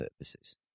purposes